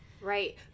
Right